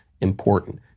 important